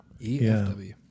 EFW